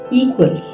equal